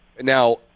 Now